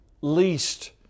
least